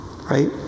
Right